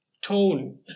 tone